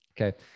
Okay